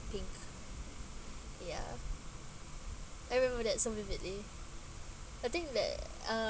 pink ya I remember that so vividly I think that uh